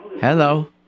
Hello